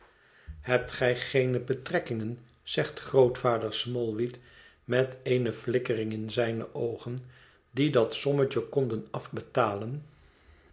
hebt gij geene betrekkingen zegt grootvader smallweed met eene flikkering in zijne oogen die dat sommetje konden afbetalen